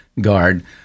guard